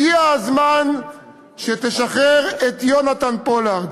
הגיע הזמן שתשחרר את יהונתן פולארד.